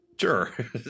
Sure